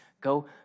go